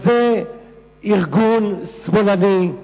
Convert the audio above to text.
זה ארגון שמאלני,